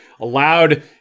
allowed